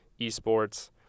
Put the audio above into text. eSports –